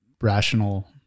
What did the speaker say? rational